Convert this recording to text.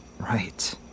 Right